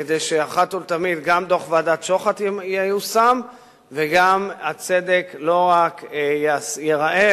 כדי שאחת ולתמיד גם דוח ועדת-שוחט ייושם וגם הצדק לא רק ייראה,